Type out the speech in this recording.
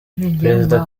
perezida